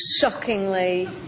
shockingly